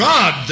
God